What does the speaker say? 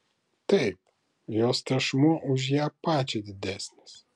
taip jos tešmuo už ją pačią didesnis